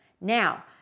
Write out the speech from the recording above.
Now